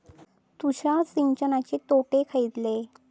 तुषार सिंचनाचे तोटे खयले?